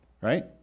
right